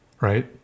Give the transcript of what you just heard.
right